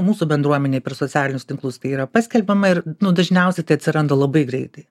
mūsų bendruomenei per socialinius tinklus tai yra paskelbiama ir nu dažniausiai tai atsiranda labai greitai